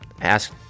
ask